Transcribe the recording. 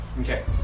Okay